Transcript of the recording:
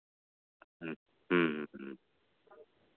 ᱦᱮᱸ ᱦᱮᱸ